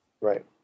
Right